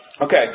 Okay